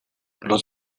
los